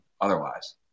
otherwise